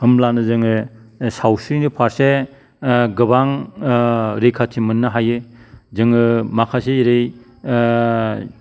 होमब्लानो जोङो सावस्रिनि फारसे गोबां रैखाथि मोननो हायो जोङो माखासे ओरै